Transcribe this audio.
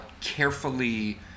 carefully